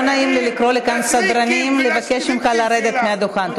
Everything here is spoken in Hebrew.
לא נעים לי לקרוא לכאן לסדרנים לבקש ממך לרדת מהדוכן.